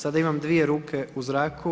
Sada imam dvije ruke u zraku.